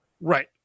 right